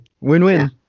Win-win